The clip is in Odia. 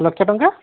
ଲକ୍ଷେ ଟଙ୍କା